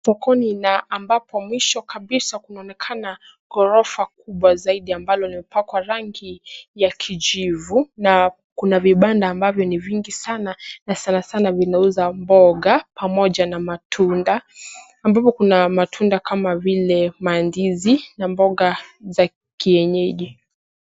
Sokoni na ambapo mwisho kabisa kunaonekana ghorofa kubwa zaidi sana ambalo limepakwa rangi ya kijivu, na kuna vibanda ambavyo ni vingi sana na sanasana vinauza mboga pamoja na matunda. Ambapo kuna matunda kama vile mandizi na mboga za kienyeji.